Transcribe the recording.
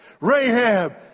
Rahab